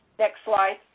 next slide.